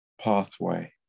pathway